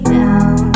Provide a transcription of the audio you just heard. down